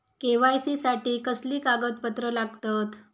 KYC साठी कसली कागदपत्र लागतत?